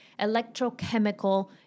electrochemical